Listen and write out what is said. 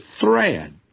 thread